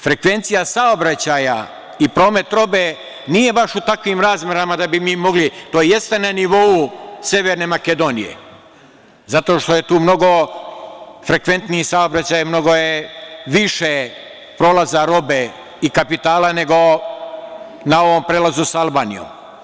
Frekvencija saobraćaja i promet robe nije baš u takvim razmerama da bi mi mogli, to jeste na nivou Severne Makedonije, zato što je tu mnogo frekventniji saobraćaj, mnogo je više prolaza robe i kapitala nego na ovom prelazu sa Albanijom.